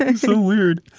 ah so weird.